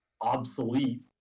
obsolete